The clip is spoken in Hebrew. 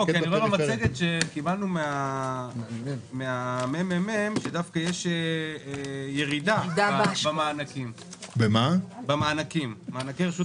מהמצגת שקיבלנו מה-מ.מ.מ אנחנו רואים שיש ירידה של 7% במענקי הרשות